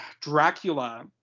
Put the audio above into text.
Dracula